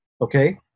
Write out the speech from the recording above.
okay